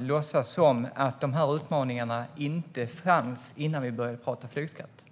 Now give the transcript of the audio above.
låtsas som att dessa utmaningar inte fanns innan vi började att prata om flygskatt.